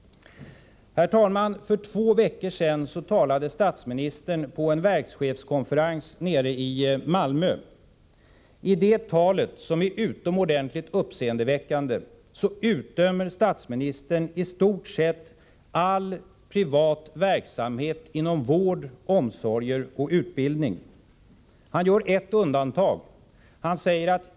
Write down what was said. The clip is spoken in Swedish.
Herr talman! För två veckor sedan talade statsministern på en verkschefskonferens i Malmö. I det talet — som är utomordenligt uppseendeväckande — utdömer statsministern i stort sett all privat verksamhet inom vård, omsorger och utbildning. Han gör ett undantag.